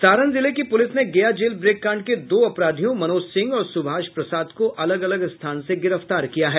सारण जिले की पुलिस ने गया जेल ब्रेक कांड के दो अपराधियों मनोज सिंह और सुभाष प्रसाद को अलग अलग स्थान से को गिरफ्तार किया है